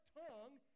tongue